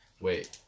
Wait